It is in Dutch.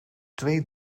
twee